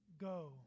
Go